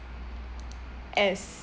as